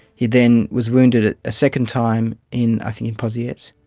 he then was wounded a ah second time in i think pozieres,